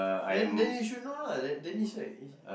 then then you should know lah then this side is